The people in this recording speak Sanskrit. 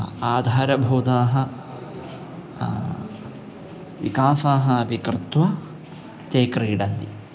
आधारभूताः विकासाः अपि कर्तुं क्रीडन्ति